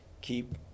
keep